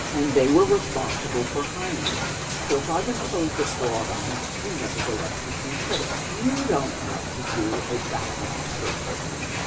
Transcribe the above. and they were responsible for hiring me. so if i've imposed a fraud on them, you nevertheless receive credit. you don't have to do a background search of me.